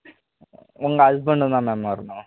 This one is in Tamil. உங்க ஹஸ்பண்டு தான் மேம் வரணும்